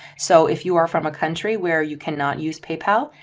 so if you are from a country where you cannot use paypal,